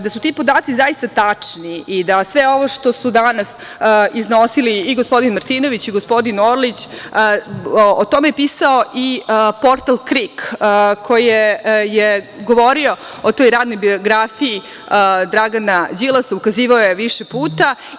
Da su ti podaci zaista tačni i da sve ovo što su danas iznosili i gospodin Martinović i gospodin Orlić, a o tome je pisao i portal KRIK koji je govorio o toj radnoj biografiji Dragana Đilasa, ukazivao je više puta.